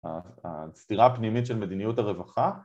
‫הסתירה הפנימית של מדיניות הרווחה.